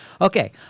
Okay